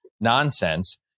nonsense